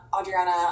Adriana